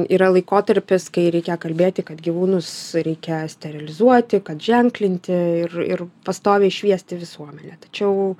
yra laikotarpis kai reikia kalbėti kad gyvūnus reikia sterilizuoti kad ženklinti ir ir pastoviai šviesti visuomenę tačiau